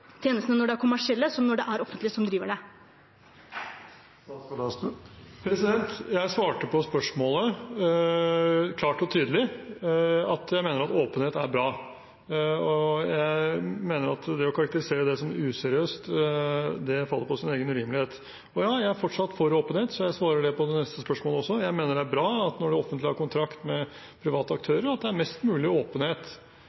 tjenestene når de er kommersielle som når det er det offentlige som driver dem? Jeg svarte på spørsmålet – klart og tydelig: Jeg mener at åpenhet er bra. Jeg mener at det å karakterisere det som useriøst, faller på sin egen urimelighet. Og ja, jeg er fortsatt for åpenhet, så jeg svarer det på det neste spørsmålet også. Jeg mener det er bra når det offentlige har kontrakt med private